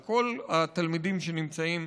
בכל התלמידים שנמצאים